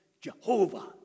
Jehovah